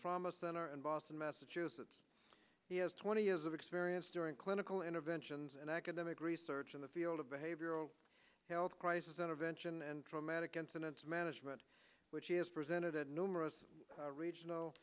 center in boston massachusetts he has twenty years of experience during clinical interventions and academic research in the field of behavioral health crisis intervention and traumatic incident management which he has presented at numerous regional